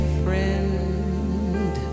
friend